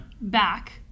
back